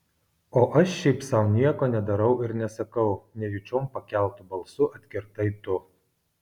o aš šiaip sau nieko nedarau ir nesakau nejučiom pakeltu balsu atkirtai tu